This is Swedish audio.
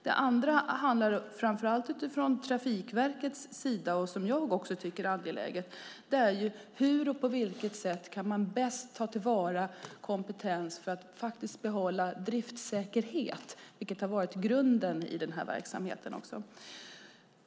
Det andra handlar om - framför allt utifrån Trafikverkets perspektiv, som jag också tycker är angeläget - på vilket sätt man bäst kan ta till vara kompetens för att behålla driftsäkerhet, vilket har varit grunden i verksamheten.